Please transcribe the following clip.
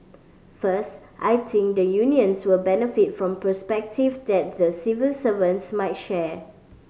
first I think the unions will benefit from perspective that the civil servants might share